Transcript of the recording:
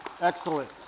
Excellent